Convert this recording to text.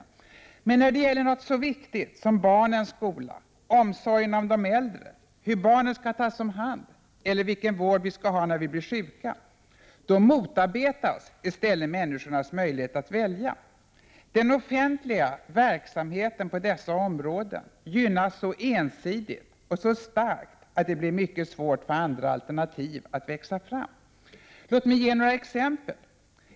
När det emellertid gäller något så viktigt som barnens skola, omsorgerna om de äldre, hur barnen skall tas om hand eller vilken vård vi skall ha när vi blir sjuka, då motarbetas i stället människorna när de skall välja. Den offentliga verksamheten på dessa områden gynnas så ensidigt och så starkt att det blir mycket svårt för andra alternativ att växa fram. Låt mig ge några exempel.